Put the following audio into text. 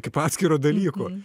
kaip atskiro dalyko